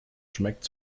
schmeckt